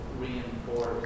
reinforce